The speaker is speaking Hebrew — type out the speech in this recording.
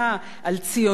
על סולידריות.